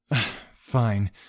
Fine